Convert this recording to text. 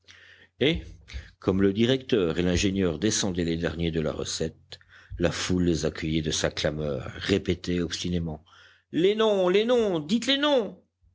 et comme le directeur et l'ingénieur descendaient les derniers de la recette la foule les accueillit de sa clameur répétée obstinément les noms les noms dites les noms